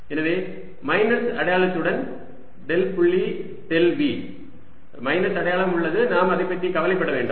எனவே மைனஸ் அடையாளத்துடன் டெல் புள்ளி டெல் V மைனஸ் அடையாளம் உள்ளது நாம் அதைப் பற்றி கவலைப்பட வேண்டாம்